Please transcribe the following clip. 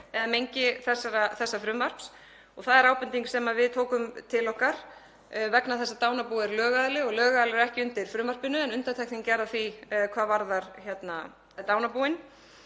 eða mengi þessa frumvarps og það er ábending sem við tókum til okkar vegna þess að dánarbú er lögaðili og lögaðili er ekki undir frumvarpinu en undantekning gerð á því hvað varðar dánarbúin.